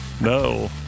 No